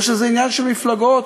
או שזה עניין של מפלגות,